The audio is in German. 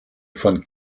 von